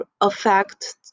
affect